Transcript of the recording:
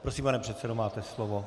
Prosím, pane předsedo, máte slovo.